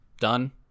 done